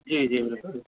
جی جی بالکل